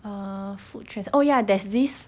err food trends oh ya there's this